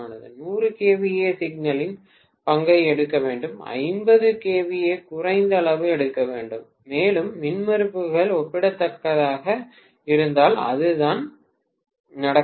100 kVA சிங்கங்களின் பங்கை எடுக்க வேண்டும் 50 kVA குறைந்த அளவு எடுக்க வேண்டும் மேலும் மின்மறுப்புகள் ஒப்பிடத்தக்கதாக இருந்தால் அதுதான் நடக்க வேண்டும்